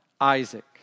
Isaac